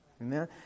Amen